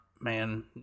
man